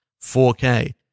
4k